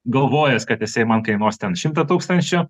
galvojęs kad jisai man kainuos ten šimtą tūkstančių